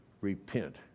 repent